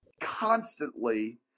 constantly